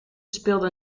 speelde